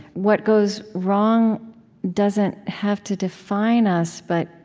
what goes wrong doesn't have to define us but,